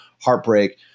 heartbreak